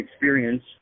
experience